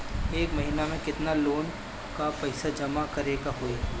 एक महिना मे केतना लोन क पईसा जमा करे क होइ?